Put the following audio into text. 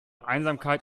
einsamkeit